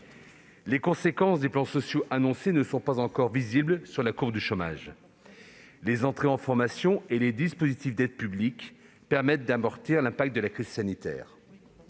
Les conséquences des plans sociaux annoncés ne sont pas encore visibles sur la courbe du chômage. Les entrées en formation et les dispositifs d'aides publiques permettent d'amortir l'impact de la crise sanitaire.